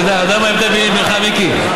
מיקי?